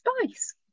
spice